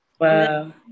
Wow